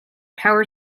power